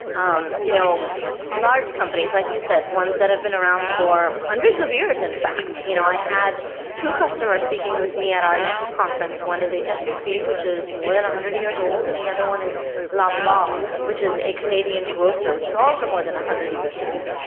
um you know large companies, like you said, once that have been around for hundreds of years in fact. you know i had two customers speaking with me at our next conference. one is hsbc, which is more than one hundred years old, and the other one is loblaw, which is a canadian grocer, which is also more than one hundred years old.